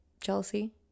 Jealousy